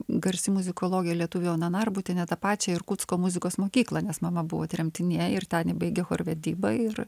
garsi muzikologė lietuvė ona narbutienė tą pačią irkutsko muzikos mokyklą nes mama buvo tremtinė ir ten ji baigė chorvedybą ir